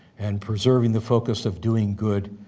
and preserving the focus of doing good,